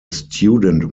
student